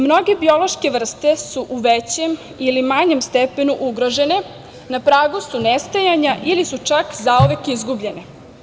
Mnoge biološke vrste su u većem ili manjem stepenu ugrožene, na pragu su nestajanja ili su čak zauvek izgubljene.